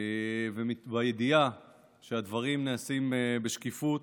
הידיעה שהדברים נעשים בשקיפות,